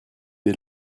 des